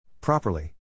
Properly